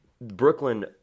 Brooklyn